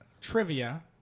trivia